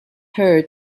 her